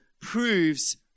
proves